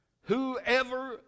Whoever